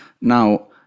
Now